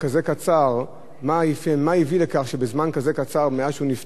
מה הביא לכך שבזמן כזה קצר מאז שהוא נפטר,